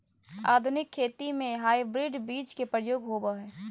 आधुनिक खेती में हाइब्रिड बीज के प्रयोग होबो हइ